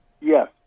Yes